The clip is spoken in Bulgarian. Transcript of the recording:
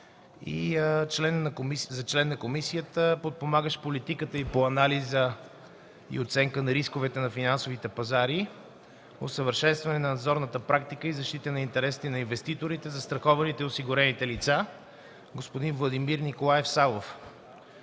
за член на комисията, подпомагащ политиката по анализа и оценка на рисковете на финансовите пазари, усъвършенстване на надзорната практика и защита на интересите на инвеститорите, застрахованите и осигурените лица, и господин Владимир Николаев Савов.